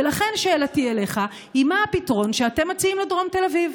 ולכן שאלתי אליך היא: מה הפתרון שאתם מציעים לדרום תל אביב?